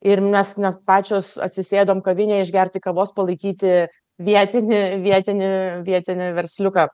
ir mes net pačios atsisėdom kavinėj išgerti kavos palaikyti vietinį vietinį vietinį versliuką